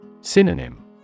Synonym